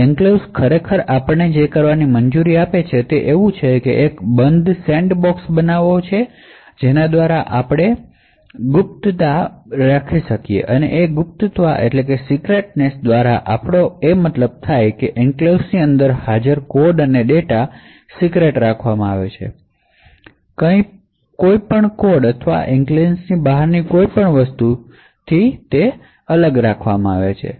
enclaves આપણે જે કરવાની મંજૂરી આપે છે તે તે છે કે તે એક બંધ સેન્ડબોક્સ બનાવવા માટે સક્ષમ છે જેના દ્વારા તમે ગુપ્તતા અને અખંડિતતા મેળવી શકો છો ગુપ્તતા દ્વારા આપણો મતલબ એ છે કે એન્ક્લેવ્સ ની અંદર હાજર કોડ અને ડેટા ને કોઈપણ કોડ અથવા એન્ક્લેવ્સ ની બહારની કોઈપણ વસ્તુ થી સીક્રેટરાખવામાં આવે છે